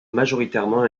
majoritairement